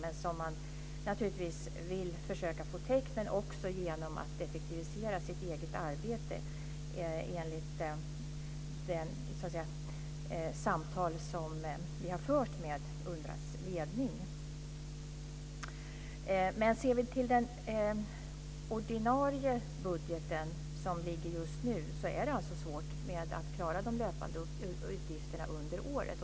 Den vill man naturligtvis också försöka få täckt, bl.a. genom att effektivisera sitt eget arbete enligt de samtal vi har fört med UNRWA:s ledning. Om vi ser till den ordinarie budgeten som ligger just nu är det alltså svårt att klara de löpande utgifterna under året.